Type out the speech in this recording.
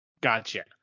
gotcha